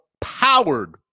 powered